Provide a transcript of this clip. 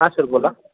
हां सर बोला